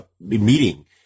meeting